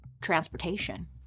transportation